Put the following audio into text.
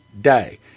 day